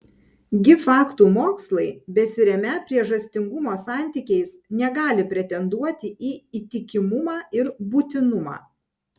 gi faktų mokslai besiremią priežastingumo santykiais negali pretenduoti į įtikimumą ir būtinumą